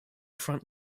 front